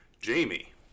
Jamie